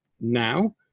now